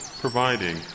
providing